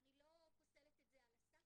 אני לא פוסלת את זה על הסף,